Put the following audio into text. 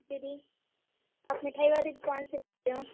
दीदी आप मिठाई वाली दुकान से